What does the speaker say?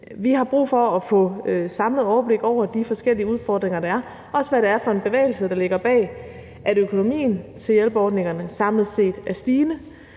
Vi har brug for at få et samlet overblik over de forskellige udfordringer, der er, og også hvad det er for en bevægelse, der ligger bag, at økonomien til hjælpeordningerne samlet set er stigende.